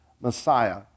Messiah